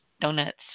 donuts